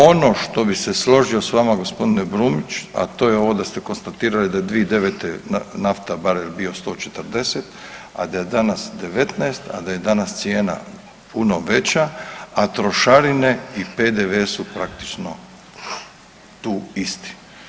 Ono što bi se složio s vama gospodine Brumnić, a to je ovo da ste konstatirali da je 2009. nafta barel bio 140, a da je danas 19, a da je danas cijena puno veća, a trošarine i PDV su praktično tu isti.